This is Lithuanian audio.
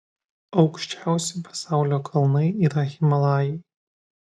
aukščiausi pasaulio kalnai yra himalajai